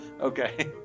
Okay